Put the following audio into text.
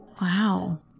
Wow